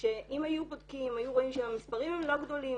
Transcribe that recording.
ושאם היו בודקים והיו רואים שהמספרים הם לא גדולים.